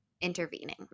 intervening